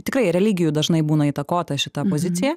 tikrai religijų dažnai būna įtakota šita pozicija